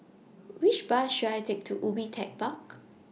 Which Bus should I Take to Ubi Tech Park